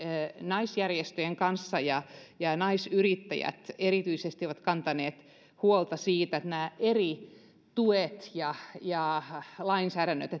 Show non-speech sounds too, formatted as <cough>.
naisjärjestöjen kanssa ja ja naisyrittäjät erityisesti ovat kantaneet huolta siitä miten nämä eri tuet ja ja lainsäädännöt <unintelligible>